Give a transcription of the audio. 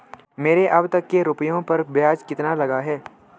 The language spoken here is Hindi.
मेरे अब तक के रुपयों पर ब्याज कितना लगा है?